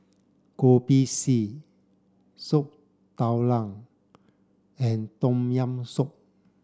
Kopi C Soup Tulang and tom yam soup